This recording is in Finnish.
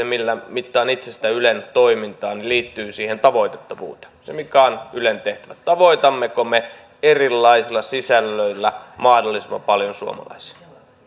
millä mittaan itse ylen toimintaa liittyy tavoitettavuuteen se mikä on ylen tehtävä tavoitammeko me erilaisilla sisällöillä mahdollisimman paljon suomalaisia